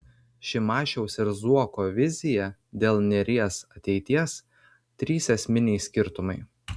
šimašiaus ir zuoko vizija dėl neries ateities trys esminiai skirtumai